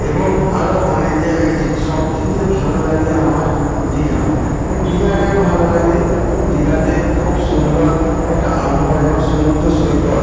এবং আরো অনেক জায়গা গিয়েছি সবথেকে ভালো লাগে আমার দীঘা দীঘায় কেন ভালো লাগে দীঘাতে খুব সুন্দর একটা আবহাওয়া যেমন সুমুদ্র সৈকত